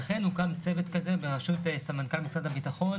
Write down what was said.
ואכן הוקם צוות כזה ברשות סמנכ"ל משרד הביטחון,